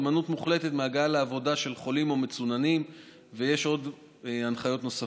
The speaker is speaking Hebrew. הימנעות מוחלטת מהגעה לעבודה של חולים ומצוננים ויש הנחיות נוספות.